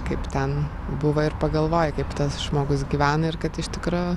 kaip ten buvo ir pagalvoji kaip tas žmogus gyvena ir kad iš tikro